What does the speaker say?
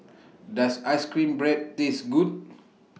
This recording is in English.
Does Ice Cream Bread Taste Good